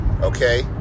okay